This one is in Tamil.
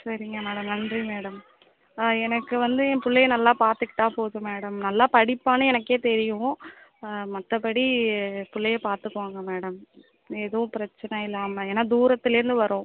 சரிங்க மேடம் நன்றி மேடம் எனக்கு வந்து என் பிள்ளைய நல்லா பார்த்துக்கிட்டா போதும் மேடம் நல்ல படிப்பான்னு எனக்கே தெரியும் மற்றபடி பிள்ளைய பார்த்துக்கோங்க மேடம் எதுவும் பிரச்சனை இல்லாமல் ஏன்னா தூரத்துலர்ந்து வரோம்